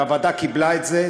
והוועדה קיבלה את זה.